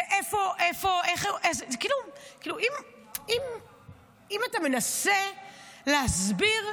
אם אתה מנסה להסביר,